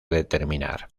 determinar